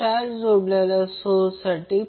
हा current Ia आहे हा करंट Ib आहे आणि हा करंट Ic आहे